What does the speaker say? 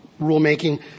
rulemaking